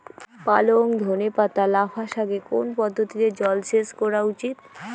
পালং ধনে পাতা লাফা শাকে কোন পদ্ধতিতে জল সেচ করা উচিৎ?